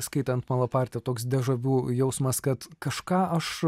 skaitant malapartę toks deja vu jausmas kad kažką aš